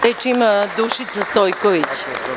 Reč ima Dušica Stojković.